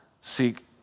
seek